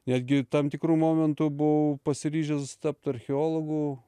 netgi tam tikru momentu buvau pasiryžęs tapt archeologu